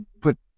put